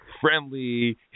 friendly